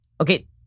Okay